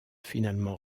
finalement